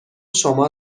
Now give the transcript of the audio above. شما